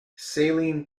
saline